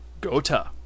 Gota